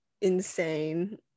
insane